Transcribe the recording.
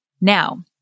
Now